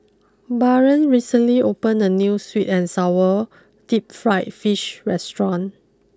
Barron recently opened a new sweet and Sour deep Fried Fish restaurant